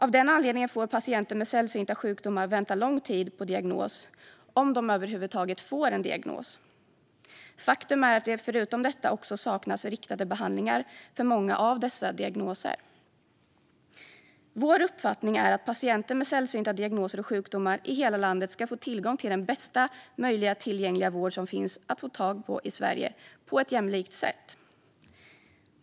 Av den anledningen får patienter med sällsynta sjukdomar vänta lång tid på diagnos, om de över huvud taget får en diagnos. Faktum är att det förutom detta också saknas riktade behandlingar för många av dessa diagnoser. Vår uppfattning är att patienter med sällsynta diagnoser och sjukdomar i hela landet ska få tillgång till bästa möjliga tillgängliga vård som finns att få i Sverige på ett jämlikt sätt.